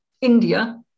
India